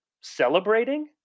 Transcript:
celebrating